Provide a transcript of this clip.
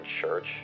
church